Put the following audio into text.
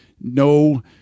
no